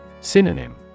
Synonym